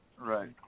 Right